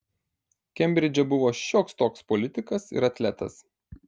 kembridže buvo šioks toks politikas ir atletas